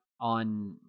on